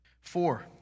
Four